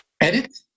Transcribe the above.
edit